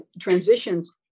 Transitions